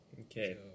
Okay